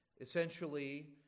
essentially